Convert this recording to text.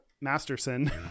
masterson